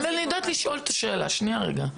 אני יודעת לשאול את השאלה, שנייה רגע.